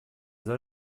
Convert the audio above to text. soll